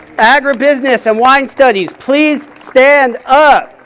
agribusiness and wine studies, please stand up.